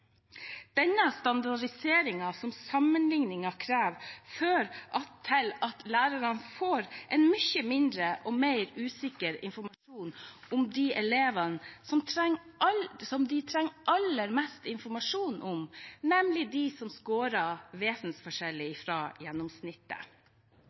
som sammenligningen krever, fører til at lærerne får mye mindre og en mer usikker informasjon om de elevene som de trenger aller mest informasjon om, nemlig de som